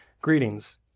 greetings